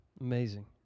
amazing